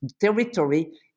Territory